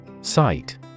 Sight